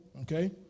Okay